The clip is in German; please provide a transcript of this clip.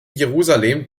jerusalem